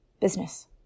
business